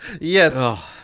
Yes